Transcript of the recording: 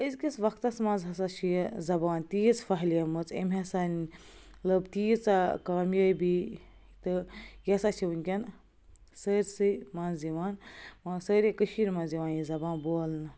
أزۍکِس وقتس منٛز ہَسا چھِ یہِ زبان تیٖژ پھٔہلیمٕژ أمۍ ہَسا لٔب تیٖژاہ کامیٲبی تہٕ یہِ ہَسا چھِ وٕنۍکٮ۪ن سٲرۍسٕے منٛز یِوان سٲری کٔشیٖرِ منٛز یِوان یہِ زبان بولنہٕ